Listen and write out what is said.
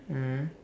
mm